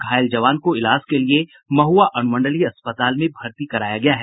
घायल जवान को इलाज के लिए महआ अनुमंडलीय अस्पताल में भर्ती कराया गया है